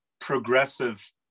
progressive